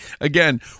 Again